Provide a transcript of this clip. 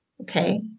Okay